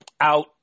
out